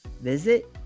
visit